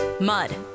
Mud